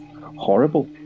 horrible